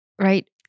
right